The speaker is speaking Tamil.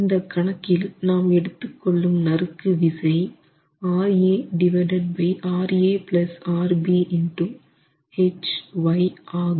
இந்த கணக்கில் நாம் எடுத்து கொள்ளும் நறுக்கு விசை ஆகும்